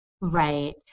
Right